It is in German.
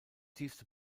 tiefste